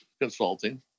consulting